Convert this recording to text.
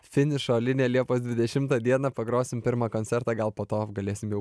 finišo liniją liepos dvidešimtą dieną pagrosim pirmą koncertą gal po to galėsim jau